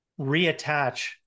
reattach